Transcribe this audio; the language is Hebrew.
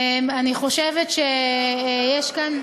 אני חושבת שיש כאן,